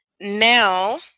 now